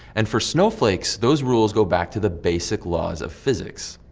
and for snowflakes, those rules go back to the basic laws of physics.